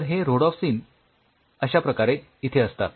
तर हे ऱ्होडॉप्सीन अश्याप्रकारे इथे असतात